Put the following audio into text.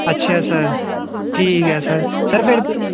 ਅੱਛਾ ਸਰ ਠੀਕ ਐ ਸਰ ਸਰ